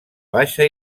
baixa